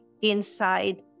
inside